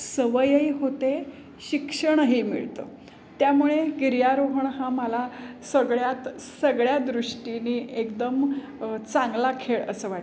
सवयही होते शिक्षणही मिळतं त्यामुळे गिर्यारोहण हा मला सगळ्यात सगळ्या दृष्टीने एकदम चांगला खेळ असं वाटतं